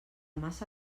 massa